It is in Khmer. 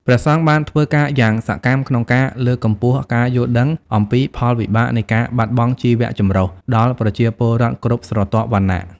ព្រះសង្ឃបានធ្វើការយ៉ាងសកម្មក្នុងការ លើកកម្ពស់ការយល់ដឹងអំពីផលវិបាកនៃការបាត់បង់ជីវៈចម្រុះ ដល់ប្រជាពលរដ្ឋគ្រប់ស្រទាប់វណ្ណៈ។